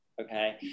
okay